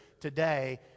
today